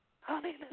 Hallelujah